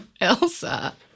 Elsa